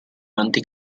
avanti